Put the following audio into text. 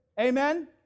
Amen